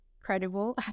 credible